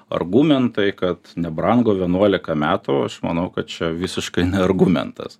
argumentai kad nebrango vienuolika metų aš manau kad čia visiškai ne argumentas